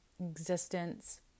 existence